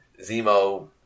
Zemo